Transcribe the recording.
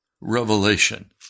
revelation